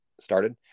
started